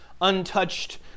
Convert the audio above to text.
untouched